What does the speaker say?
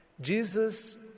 Jesus